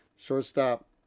shortstop